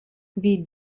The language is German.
wie